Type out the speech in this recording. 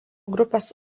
grupės